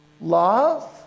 love